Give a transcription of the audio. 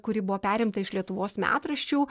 kuri buvo perimta iš lietuvos metraščių